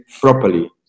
properly